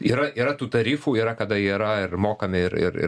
yra yra tų tarifų yra kada yra kada ir mokami ir ir ir